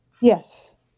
Yes